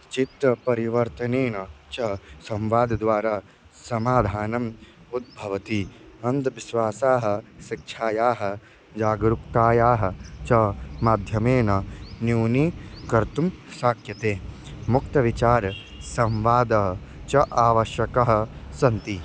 चित्तपरिवर्तनेन च संवादद्वारा समाधानम् उद्भवति अन्धविश्वासाः शिक्षायाः जागरूकतायाः च माध्यमेन न्यूनीकर्तुं शक्यते मुक्तविचाराः संवादाः च आवश्यकाः सन्ति